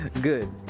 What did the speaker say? Good